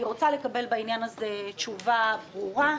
אני רוצה לקבל בעניין הזה תשובה ברורה.